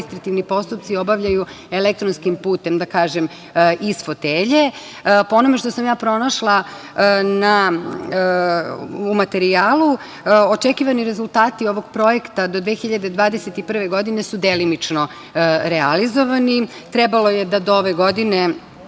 administrativni postupci obavljaju elektronskim putem, da kažem, iz fotelje. Po onome što sam pronašla u materijalu, očekivani rezultati ovog projekta do 2021. godine su delimično realizovani. Trebalo je da do ove godine